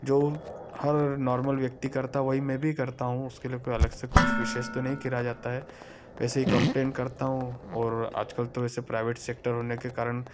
जो हर नॉर्मल व्यक्ति करता है वही मैं भी करता हूँ उसके लिए कोई अलग से कुछ विशेष तो नहीं किया जाता है ऐसे ही कंप्लेन करता हूँ और आजकल तो ऐसे प्राइवेट सेक्टर होने के कारण